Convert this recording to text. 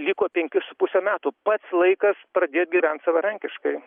liko penki su puse metų pats laikas pradėt gyvent savarankiškai